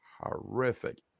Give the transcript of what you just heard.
horrific